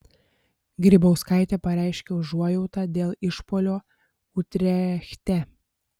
grybauskaitė pareiškė užuojautą dėl išpuolio utrechte